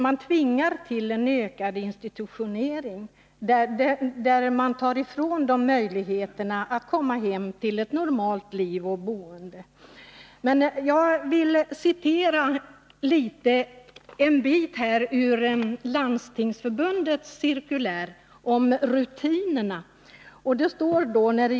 Man tvingar till en ökad institutionalisering och tar ifrån dem möjligheten att komma tillbaka till ett normalt liv och boende. Jag vill citera ur Landstingsförbundets cirkulär om rutinerna.